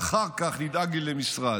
ואחר כך נדאג לי למשרד?